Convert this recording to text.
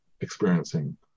experiencing